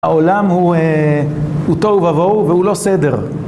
העולם הוא תוהו ובוהו, והוא לא סדר.